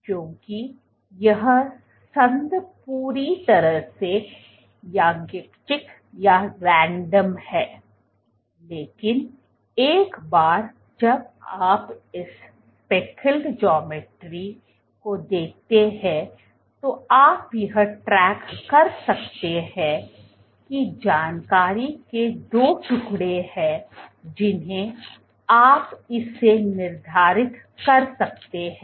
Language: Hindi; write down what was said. क्योंकि यह संघ पूरी तरह से यादृच्छिक है लेकिन एक बार जब आप इस स्पेकल्स ज्यामिति को देखते हैं तो आप यह ट्रैक कर सकते हैं कि जानकारी के दो टुकड़े हैं जिन्हें आप इससे निर्धारित कर सकते हैं